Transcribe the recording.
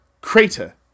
crater